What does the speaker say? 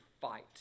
fight